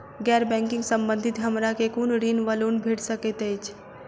गैर बैंकिंग संबंधित हमरा केँ कुन ऋण वा लोन भेट सकैत अछि?